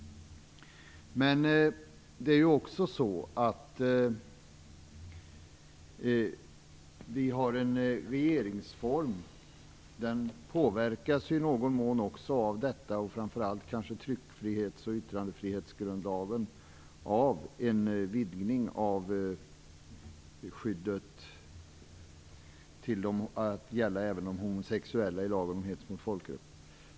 Men det är ju också så att vi har en regeringsform. Den påverkas - framför allt kanske tryckfrihets och yttrandefrihetsgrundlagarna - i någon i mån av en utvidgning av lagen om hets mot folkgrupp så att den även skyddar de homosexuella.